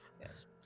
Yes